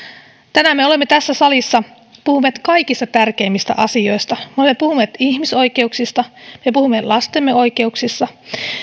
tänään me olemme tässä salissa puhuneet kaikista tärkeimmistä asioista me olemme puhuneet ihmisoikeuksista puhuneet lastemme oikeuksista